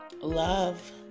love